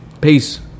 Peace